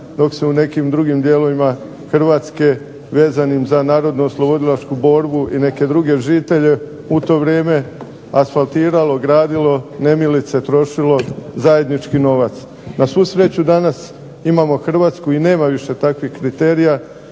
dok se u nekim drugim dijelovima Hrvatske vezanim za narodnooslobodilačku borbu i neke druge žitelje u to vrijeme asfaltiralo, gradilo, nemilice trošilo zajednički novac. Na svu sreću danas imamo Hrvatsku i nema više takvih kriterija,